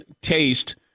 taste